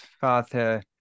father